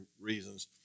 reasons